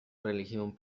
religión